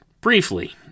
Briefly